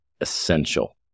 essential